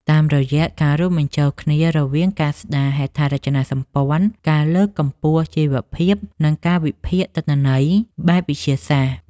តាមរយៈការរួមបញ្ចូលគ្នារវាងការស្តារហេដ្ឋារចនាសម្ព័ន្ធ ការលើកកម្ពស់ជីវភាព និងការវិភាគទិន្នន័យបែបវិទ្យាសាស្ត្រ។